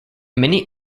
many